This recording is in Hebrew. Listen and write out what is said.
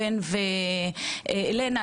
בן ואלנה,